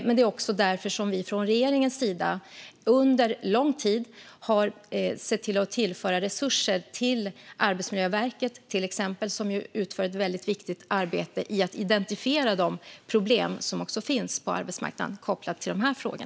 Det är också därför som vi från regeringens sida under lång tid har sett till att tillföra resurser till exempel till Arbetsmiljöverket. Det utför ett väldigt viktigt arbete för att identifiera de problem som finns på arbetsmarknaden kopplat till dessa frågor.